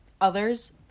Others